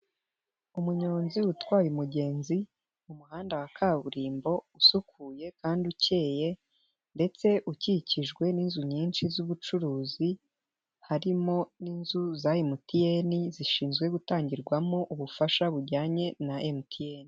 Umunyonzi utwaye umugenzi mu muhanda wa kaburimbo usukuye kandi ukeye, ndetse ukikijwe n'inzu nyinshi z'ubucuruzi harimo n'inzu za emutiyeni zishinzwe gutangirwamo ubufasha bujyanye na MTN.